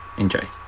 enjoy